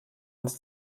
ans